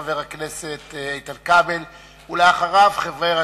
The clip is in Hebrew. חבר הכנסת איתן כבל, בבקשה.